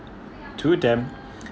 to them